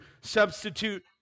substitute